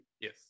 yes